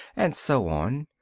and so on,